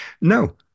No